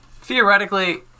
Theoretically